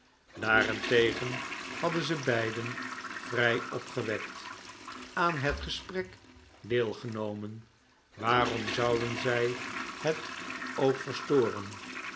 daarentegen hadden ze beiden vrij opgewekt aan het gesprek deelgenomen waarom zouden zij het ook